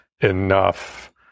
enough